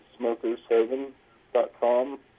smokershaven.com